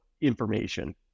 information